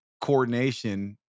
coordination